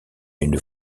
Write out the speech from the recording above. une